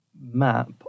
map